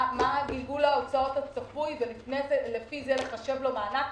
מה גלגול ההוצאות הצפוי ולפי זה לחשב לו מענק.